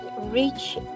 reach